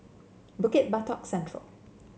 Bukit Batok Central